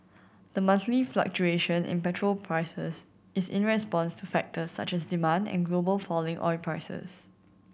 the monthly fluctuation in petrol prices is in response to factors such as demand and global falling oil prices